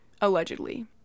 allegedly